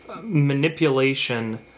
manipulation